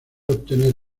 obtener